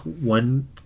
one